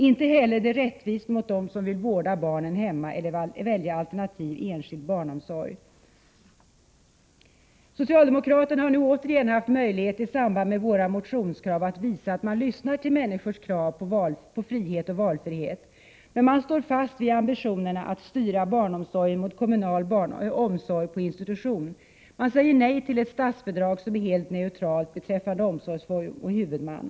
Inte heller är statsbidraget rättvist mot den som vill vårda sina barn hemma eller välja alternativ enskild barnomsorg. Socialdemokraterna har nu återigen haft möjlighet i samband med våra motionskrav att visa att man lyssnar till människors krav på frihet och valfrihet. Men man står fast vid ambitionerna att styra barnomsorgen mot kommunal omsorg på institution. Man säger nej till ett statsbidrag som är helt neutralt beträffande omsorgsform och huvudman.